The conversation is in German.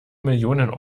millionen